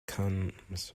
comes